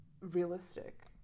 realistic